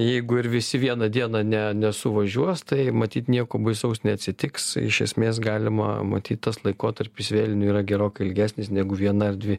jeigu ir visi vieną dieną ne nesuvažiuos tai matyt nieko baisaus neatsitiks iš esmės galima matyt tas laikotarpis vėlinių yra gerokai ilgesnis negu viena ar dvi